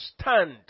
stand